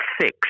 six